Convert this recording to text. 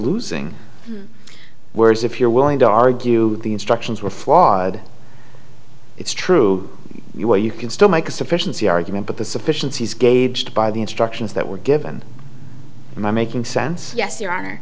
losing whereas if you're willing to argue the instructions were flawed it's true you are you can still make a sufficiency argument but the sufficiency is gauged by the instructions that were given am i making sense yes you